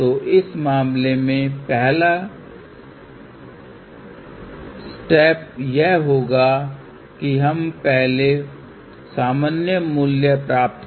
तो इस मामले में पहला कदम यह होगा कि हम पहले सामान्य मूल्य प्राप्त करें